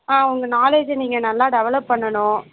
ஆ உங்க நாலேஜை நீங்கள் நல்லா டெவெலப் பண்ணணும்